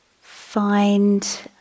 find